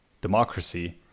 democracy